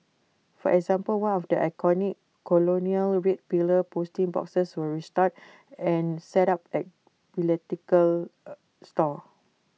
for example one of the iconic colonial red pillar posting boxes was restored and set up at philatelic store